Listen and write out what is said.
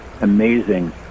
amazing